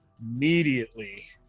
immediately